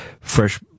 fresh